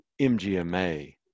MGMA